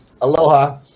Aloha